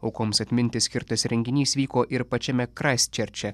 aukoms atminti skirtas renginys vyko ir pačiame kraisčerče